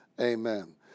Amen